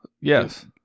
yes